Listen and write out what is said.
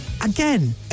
again